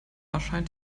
erscheint